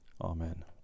Amen